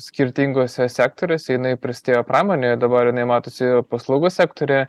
skirtinguose sektoriuose jinai prisidėjo pramonėj ir dabar jinai matosi yra paslaugų sektoriuje